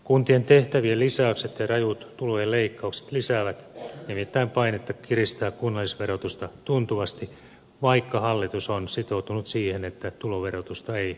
kuntien tehtävien lisäykset ja rajut tulojen leikkaukset lisäävät nimittäin painetta kiristää kunnallisverotusta tuntuvasti vaikka hallitus on sitoutunut siihen että tuloverotusta ei nosteta